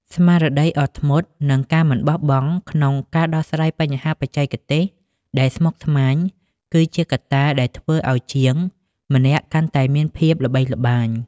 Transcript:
ស្មារតីអត់ធ្មត់ និងការមិនបោះបង់ក្នុងការដោះស្រាយបញ្ហាបច្ចេកទេសដែលស្មុគស្មាញ គឺជាកត្តាដែលធ្វើឱ្យជាងម្នាក់កាន់តែមានភាពល្បីល្បាញ។